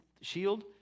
shield